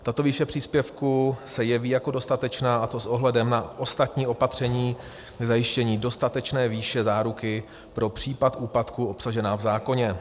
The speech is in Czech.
Tato výše příspěvku se jeví jako dostatečná, a to s ohledem na ostatní opatření k zajištění dostatečné výše záruky pro případ úpadku obsažená v zákoně.